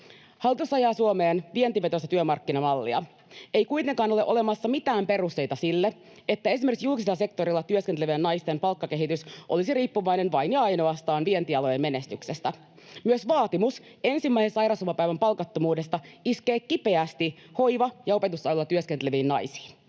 Hallitus ajaa Suomeen vientivetoista työmarkkinamallia. Ei kuitenkaan ole olemassa mitään perusteita sille, että esimerkiksi julkisella sektorilla työskentelevien naisten palkkakehitys olisi riippuvainen vain ja ainoastaan vientialojen menestyksestä. Myös vaatimus ensimmäisen sairauslomapäivän palkattomuudesta iskee kipeästi hoiva- ja opetusaloilla työskenteleviin naisiin.